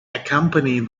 accompany